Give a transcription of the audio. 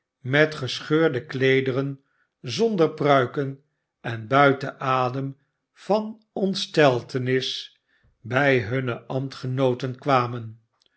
met gescheurde kleederen zonder pruikeh en buiten adem van ontsteltenis bij hunne ambtgenooten kwamen